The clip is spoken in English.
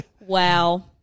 Wow